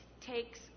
takes